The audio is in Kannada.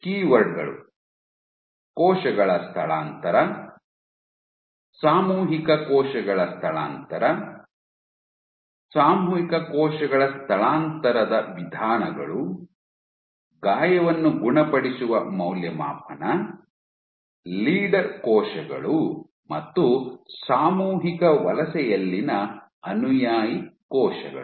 ಕೀವರ್ಡ್ ಗಳು ಕೋಶಗಳ ಸ್ಥಳಾಂತರ ಸಾಮೂಹಿಕ ಕೋಶಗಳ ಸ್ಥಳಾಂತರ ಸಾಮೂಹಿಕ ಕೋಶಗಳ ಸ್ಥಳಾಂತರದ ವಿಧಾನಗಳು ಗಾಯವನ್ನು ಗುಣಪಡಿಸುವ ಮೌಲ್ಯಮಾಪನ ಲೀಡರ್ ಕೋಶಗಳು ಮತ್ತು ಸಾಮೂಹಿಕ ವಲಸೆಯಲ್ಲಿನ ಅನುಯಾಯಿ ಕೋಶಗಳು